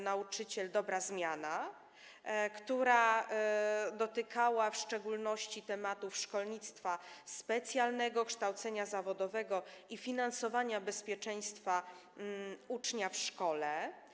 Nauczyciel - Dobra Zmiana”, która dotykała w szczególności tematów szkolnictwa specjalnego, kształcenia zawodowego i finansowania działań dotyczących bezpieczeństwa ucznia w szkole.